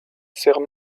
sert